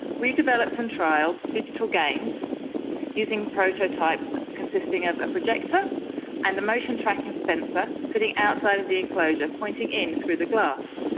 we've developed and trialled digital games using a prototype consisting of a projector and a motion tracking sensor sitting outside of the enclosure pointing in through the glass.